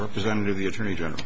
representative the attorney general